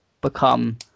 become